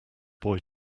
boy